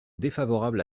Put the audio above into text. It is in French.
défavorable